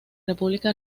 república